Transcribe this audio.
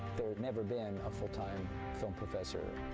there had never been a full-time film professor.